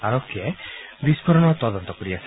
আৰক্ষীয়ে বিস্ফোৰণৰ তদন্ত কৰি আছে